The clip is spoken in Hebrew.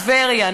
טבריה,